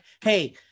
Hey